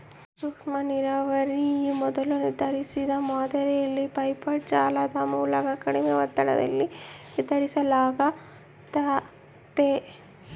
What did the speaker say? ಸೂಕ್ಷ್ಮನೀರಾವರಿ ಮೊದಲೇ ನಿರ್ಧರಿಸಿದ ಮಾದರಿಯಲ್ಲಿ ಪೈಪ್ಡ್ ಜಾಲದ ಮೂಲಕ ಕಡಿಮೆ ಒತ್ತಡದಲ್ಲಿ ವಿತರಿಸಲಾಗ್ತತೆ